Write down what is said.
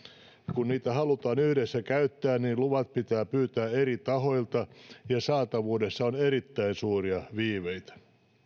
kun niitä halutaan yhdessä käyttää luvat pitää pyytää eri tahoilta ja saatavuudessa on erittäin suuria viiveitä